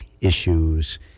issues